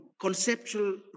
conceptual